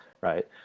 right